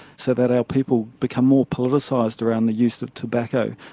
so that our people become more politicised around the use of tobacco.